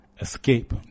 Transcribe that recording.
Escape